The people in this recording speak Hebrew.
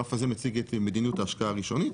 הגרף הזה מציג את מדיניות ההשקעה הראשונית.